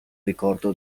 ricordo